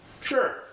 sure